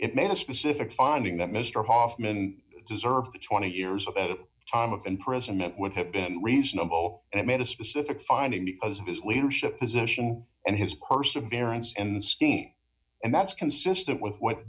it made a specific finding that mr hoffman deserved twenty years of time of imprisonment would have been reasonable and it made a specific finding because of his leadership position and his perseverance and scheme and that's consistent with what